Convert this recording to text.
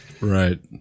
Right